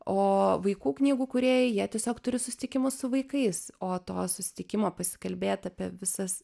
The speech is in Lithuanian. o vaikų knygų kūrėjai jie tiesiog turi susitikimus su vaikais o to susitikimo pasikalbėt apie visas